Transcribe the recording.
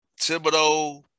Thibodeau